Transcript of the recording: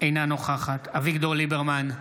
אינה נוכחת אביגדור ליברמן,